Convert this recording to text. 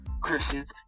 Christians